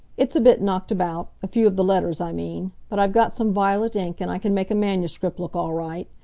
it's a bit knocked about a few of the letters, i mean but i've got some violet ink and i can make a manuscript look all right.